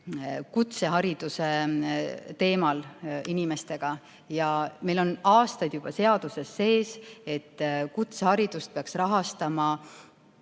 kutsehariduse inimestega ja meil on juba aastaid seaduses sees, et kutseharidust peaks rahastama